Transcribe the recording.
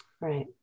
Right